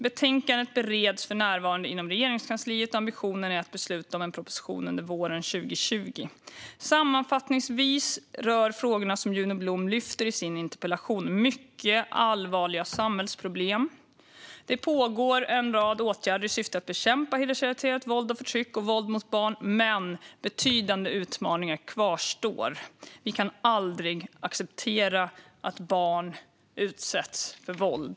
Betänkandet bereds för närvarande inom Regeringskansliet, och ambitionen är att besluta om en proposition under våren 2020. Sammanfattningsvis rör frågorna som Juno Blom lyfter i sin interpellation mycket allvarliga samhällsproblem. Det pågår en rad åtgärder i syfte att bekämpa hedersrelaterat våld och förtryck och våld mot barn, men betydande utmaningar kvarstår. Vi kan aldrig acceptera att barn utsätts för våld.